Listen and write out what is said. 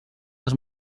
els